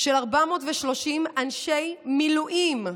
של 430 אנשי מילואים,